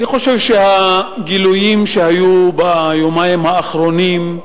אני חושב שהגילויים שהיו ביומיים האחרונים,